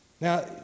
Now